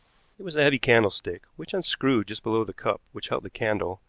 it was a heavy candlestick which unscrewed just below the cup which held the candle,